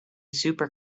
super